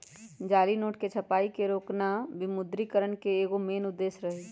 जाली नोट के छपाई के रोकना विमुद्रिकरण के एगो मेन उद्देश्य रही